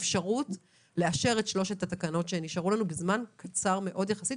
אפשרות לאשר את שלוש התקנות שנשארו לנו בזמן קצר מאוד יחסית,